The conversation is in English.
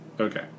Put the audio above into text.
Okay